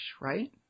right